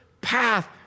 path